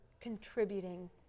contributing